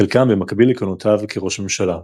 חלקם במקביל לכהונותיו כראש ממשלה.